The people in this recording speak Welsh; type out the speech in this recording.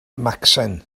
macsen